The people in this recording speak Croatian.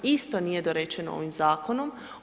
Isto nije dorečeno ovim zakonom.